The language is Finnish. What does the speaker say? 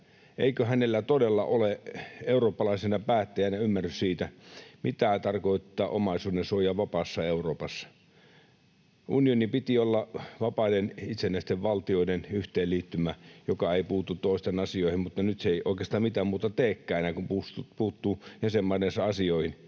eikö hänellä todella ole eurooppalaisena päättäjänä ymmärrystä siitä, mitä tarkoittaa omaisuudensuoja vapaassa Euroopassa. Unionin piti olla vapaiden itsenäisten valtioiden yhteenliittymä, joka ei puutu toisten asioihin, mutta nyt se ei oikeastaan enää mitään muuta teekään kuin puuttuu jäsenmaidensa asioihin.